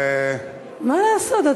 מה לעשות,